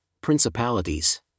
principalities